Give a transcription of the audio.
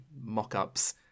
mock-ups